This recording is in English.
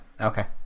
Okay